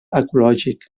ecològic